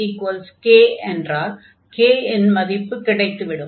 fxgxk என்றால் k இன் மதிப்பு கிடைத்து விடும்